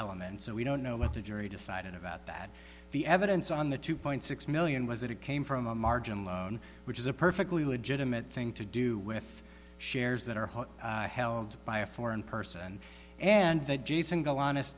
element so we don't know what the jury decided about that the evidence on the two point six million was that it came from a margin loan which is a perfectly legitimate thing to do with shares that are held by a foreign person and that jason go